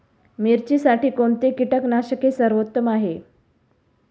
मिरचीसाठी कोणते कीटकनाशके सर्वोत्तम आहे?